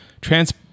trans